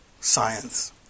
science